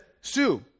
Sue